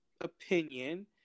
opinion